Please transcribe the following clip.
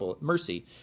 mercy